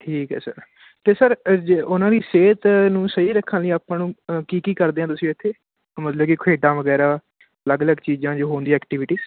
ਠੀਕ ਹੈ ਸਰ ਅਤੇ ਸਰ ਜੇ ਉਹਨਾਂ ਦੀ ਸਿਹਤ ਨੂੰ ਸਹੀ ਰੱਖਣ ਲਈ ਆਪਾਂ ਨੂੰ ਕੀ ਕੀ ਕਰਦੇ ਹਾਂ ਤੁਸੀਂ ਇੱਥੇ ਮਤਲਬ ਕਿ ਖੇਡਾਂ ਵਗੈਰਾ ਅਲੱਗ ਅਲੱਗ ਚੀਜ਼ਾਂ ਜੋ ਹੁੰਦੀਆਂ ਐਕਟੀਵਿਟੀ